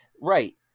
Right